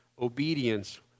Obedience